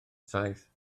saith